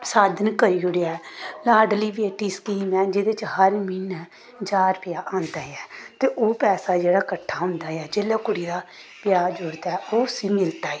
साधन करी ओड़ेआ ऐ लाडली बेटी स्कीम ऐ जेह्दे च हर म्हीनै ज्हार रपेआ औंदा ऐ ते ओह् पैसा जेह्ड़ा कट्ठा होंदा ऐ जेल्लै कुड़ी दा ब्याह् जुड़दा ओह् उस्सी मिलदा ऐ